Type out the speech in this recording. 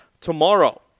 tomorrow